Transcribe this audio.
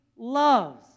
loves